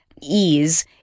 ease